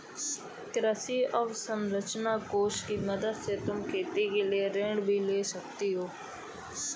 कृषि अवसरंचना कोष की मदद से तुम खेती के लिए ऋण भी ले सकती हो